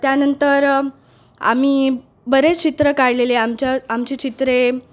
त्यानंतर आम्ही बरेच चित्र काढलेले आमच्या आमचे चित्रे